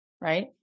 right